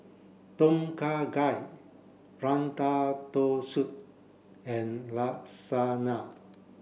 Tom Kha Gai Ratatouille and Lasagna